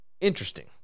interesting